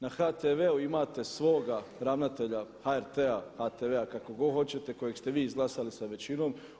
Na HTV-u imate svoga ravnatelja HRT-a, HTV-a kako god hoćete kojeg ste vi izglasali sa većinom.